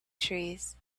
trees